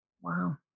Wow